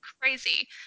crazy